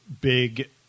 big